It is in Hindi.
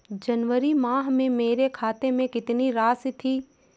जनवरी माह में मेरे खाते में कितनी राशि थी?